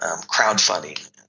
crowdfunding